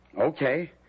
Okay